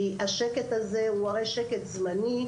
כי השקט הזה הוא הרי שקט זמני,